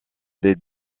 des